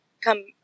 come